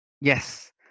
Yes